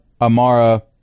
Amara